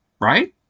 right